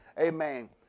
amen